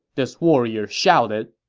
this warrior shouted.